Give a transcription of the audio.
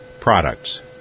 products